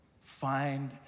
Find